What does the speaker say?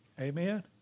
Amen